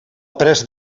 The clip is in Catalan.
presa